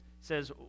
says